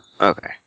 Okay